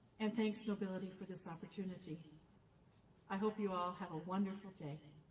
and thanks knowbility for this opportunity i hope you all have a wonderful day